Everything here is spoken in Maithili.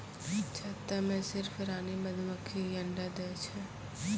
छत्ता मॅ सिर्फ रानी मधुमक्खी हीं अंडा दै छै